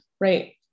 right